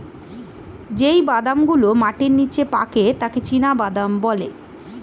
যেই বাদাম গুলো মাটির নিচে পাকে তাকে চীনাবাদাম বলে